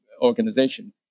organization